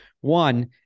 One